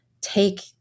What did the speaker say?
take